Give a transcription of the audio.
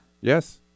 Yes